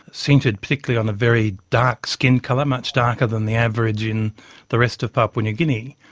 centred particularly on the very dark skin colour, much darker than the average in the rest of papua new guinea,